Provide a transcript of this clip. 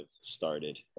started